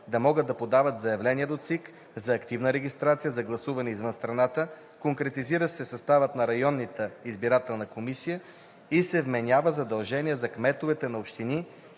да могат да подават заявления до ЦИК за активна регистрация за гласуване извън страната, конкретизира се съставът на районната избирателна комисия и се вменява задължение за кметовете на общини